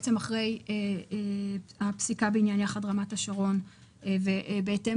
בעצם אחרי הפסיקה בעניין 'יחד רמת השרון' ובהתאם